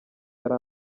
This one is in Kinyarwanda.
yari